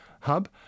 hub